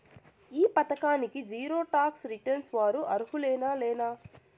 ఈ పథకానికి zero tax returns వారు అర్హులేనా లేనా?